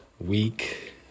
Week